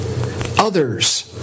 others